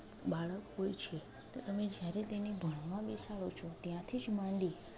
બાળક હોય છે તમે જ્યારે તેને ભણવા બેસાડો છો ત્યાંથી જ માંડી